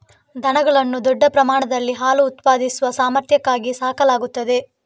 ದನಗಳನ್ನು ದೊಡ್ಡ ಪ್ರಮಾಣದಲ್ಲಿ ಹಾಲು ಉತ್ಪಾದಿಸುವ ಸಾಮರ್ಥ್ಯಕ್ಕಾಗಿ ಸಾಕಲಾಗುತ್ತದೆ